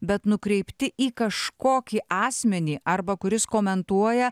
bet nukreipti į kažkokį asmenį arba kuris komentuoja